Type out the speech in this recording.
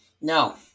No